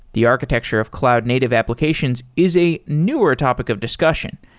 the architecture of cloud native applications is a newer topic of discussion,